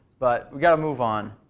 but we've got to move on.